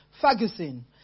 Ferguson